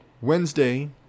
Wednesday